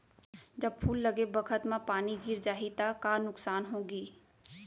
जब फूल लगे बखत म पानी गिर जाही त का नुकसान होगी?